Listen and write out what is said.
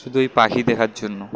শুধু এই পাখি দেখার জন্য